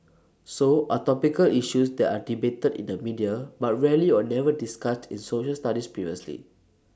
so are topical issues that are debated in the media but rarely or never discussed in social studies previously